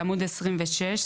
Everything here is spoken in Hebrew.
בעמוד 26,